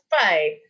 five